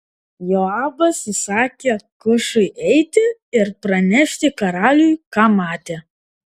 joabas įsakė kušui eiti ir pranešti karaliui ką matė